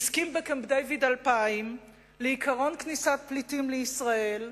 הסכים בקמפ-דייוויד 2000 לעיקרון של כניסת פליטים לישראל.